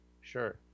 sure